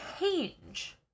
change